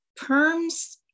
perms